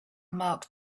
mark